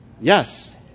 Yes